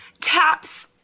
taps